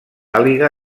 àliga